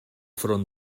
front